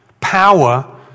power